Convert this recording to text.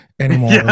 anymore